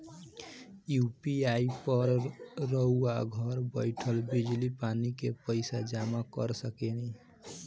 UPI पर रउआ घर बईठल बिजली, पानी के पइसा जामा कर सकेनी